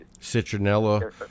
citronella